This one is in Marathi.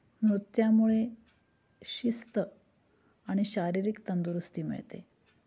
नृत्यामुळे शिस्त आणि शारीरिक तंदुरुस्ती मिळते